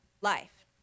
life